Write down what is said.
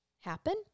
happen